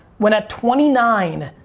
when at twenty nine,